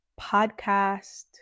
podcast